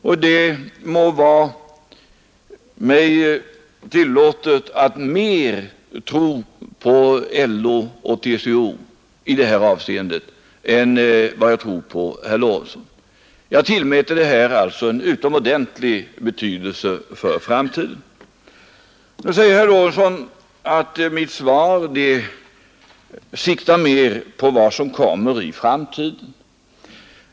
Och det må vara mig tillåtet att tro mera på LO och TCO i det här avseendet än på herr Lorentzon. Jag tillmäter alltså detta en utomordentlig betydelse för framtiden. till de anställda vid Nu säger herr Lorentzon att mitt svar siktar mera på vad som kommer företagsöverlåtelser mm. i framtiden.